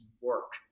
work